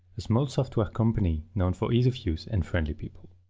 a small software company known for ease of use and friendly people.